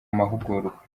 mahugurwa